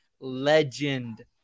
legend